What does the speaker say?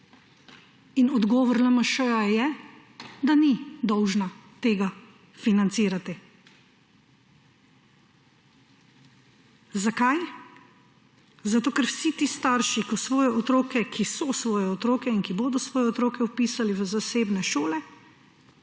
In odgovor LMŠ je, da ni dolžna tega financirati. Zakaj? Zato ker vsi ti starši, ki so svoje otroke in ki bodo svoje otroke vpisale v zasebne šole,